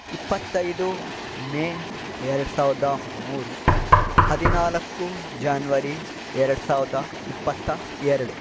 ಇಪ್ಪತ್ತೈದು ಮೇ ಎರ್ಡು ಸಾವಿರ್ದ ಮೂರು ಹದಿನಾಲ್ಕು ಜಾನ್ವರಿ ಎರ್ಡು ಸಾವಿರ್ದ ಇಪ್ಪತ್ತ ಎರಡು